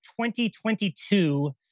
2022